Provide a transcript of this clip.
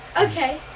Okay